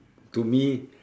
to me